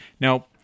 Now